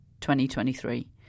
2023